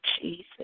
Jesus